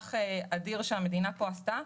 במהלך אדיר שהמדינה עשתה.